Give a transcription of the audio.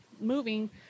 moving